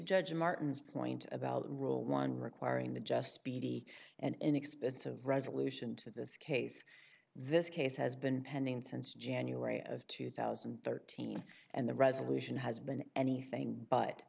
judge martin's point about rule one requiring the just speedy and inexpensive resolution to this case this case has been pending since january of two thousand and thirteen and the resolution has been anything but